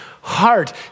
heart